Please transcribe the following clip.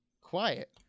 quiet